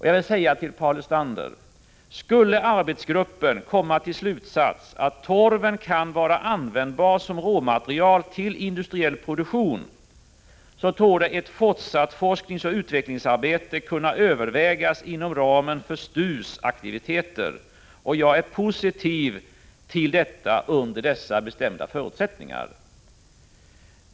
Jag vill säga till Paul Lestander: Skulle arbetsgruppen komma till slutsatsen att torven kan vara | användbar som råmaterial till industriell produktion, så torde ett fortsatt forskningsoch utvecklingsarbete kunna övervägas inom ramen för STU:s aktiviteter, och jag är positiv till detta under dessa bestämda förutsättningar.